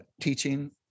teaching